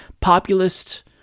populist